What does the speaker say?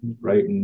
Right